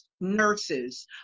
nurses